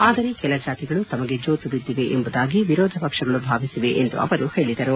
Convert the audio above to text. ಆದರೆ ಕೆಲ ಜಾತಿಗಳು ತಮಗೆ ಜೋತುಬಿದ್ದಿವೆ ಎಂಬುದಾಗಿ ವಿರೋಧ ಪಕ್ಷಗಳು ಭಾವಿಸಿವೆ ಎಂದು ಅವರು ಹೇಳಿದರು